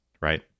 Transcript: right